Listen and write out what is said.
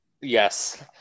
Yes